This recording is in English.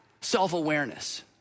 self-awareness